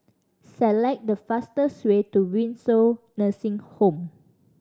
select the fastest way to Windsor Nursing Home